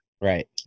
Right